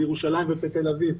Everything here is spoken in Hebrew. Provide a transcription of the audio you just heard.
בירושלים ובתל אביב,